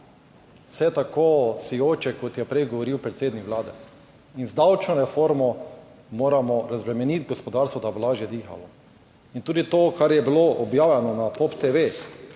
vse tako sijoče, kot je prej govoril predsednik Vlade. In z davčno reformo moramo razbremeniti gospodarstvo, da bo lažje dihalo. In tudi to, kar je bilo objavljeno na POP TV